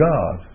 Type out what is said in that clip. God